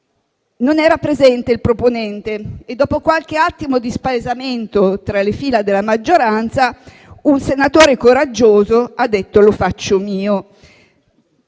non era presente e, dopo qualche attimo di spaesamento tra le fila della maggioranza, un senatore coraggioso ha detto: lo faccio mio.